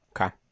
Okay